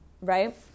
right